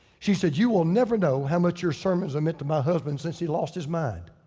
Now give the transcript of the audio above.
she said, you will never know how much your sermons are meant to my husband since he lost his mind.